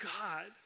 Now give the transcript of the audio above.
God